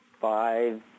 five